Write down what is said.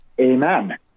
Amen